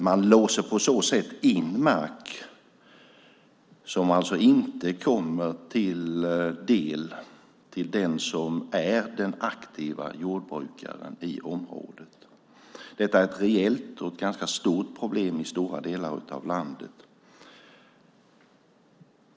Man låser på så sätt in mark som inte kommer den aktive jordbrukaren i området till del. Detta är ett reellt och stort problem i stora delar av landet.